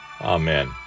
Amen